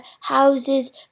houses